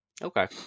Okay